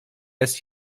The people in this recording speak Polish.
jest